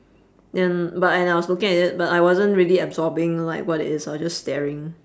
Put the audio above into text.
and but and I was looking at it but I wasn't really absorbing like what it is I was just staring